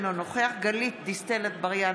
אינו נוכח גלית דיסטל אטבריאן,